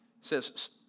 says